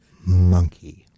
Monkey